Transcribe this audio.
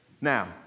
Now